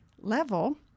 level